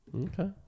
Okay